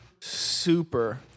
super